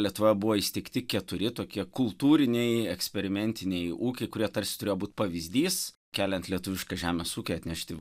lietuvoje buvo įsteigti keturi tokie kultūriniai eksperimentiniai ūkiai kurie tarsi turėjo būt pavyzdys keliant lietuvišką žemės ūkį atnešti